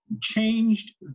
changed